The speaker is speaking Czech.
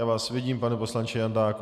Já vás vidím, pane poslanče Jandáku.